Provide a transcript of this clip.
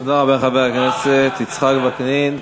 תודה רבה, חבר הכנסת יצחק וקנין.